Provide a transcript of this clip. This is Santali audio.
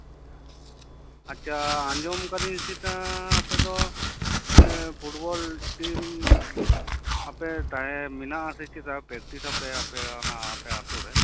ᱟᱪᱪᱷᱟ ᱟᱸᱡᱚᱢ ᱠᱟᱹᱫᱟᱹᱧ ᱪᱮᱛᱟ ᱟᱯᱮ ᱫᱚ ᱢᱟᱱᱮ ᱯᱷᱩᱴᱵᱚᱞ ᱴᱤᱢ ᱟᱯᱮ ᱛᱟᱦᱮᱸ ᱢᱮᱱᱟᱜ ᱟᱥᱮ ᱪᱮᱛᱟ ᱯᱨᱮᱠᱴᱤᱥᱟᱯᱮ ᱚᱱᱟ ᱟᱯᱮ ᱟᱹᱛᱩᱨᱮ